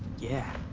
yeah.